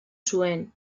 zuen